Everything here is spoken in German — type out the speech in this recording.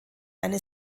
eine